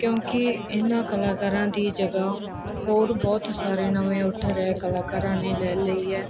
ਕਿਉਂਕਿ ਇਹਨਾਂ ਕਲਾਕਾਰਾਂ ਦੀ ਜਗ੍ਹਾ ਹੋਰ ਬਹੁਤ ਸਾਰੇ ਨਵੇਂ ਉੱਠ ਰਹੇ ਕਲਾਕਾਰਾਂ ਨੇ ਲੈ ਲਈ ਹੈ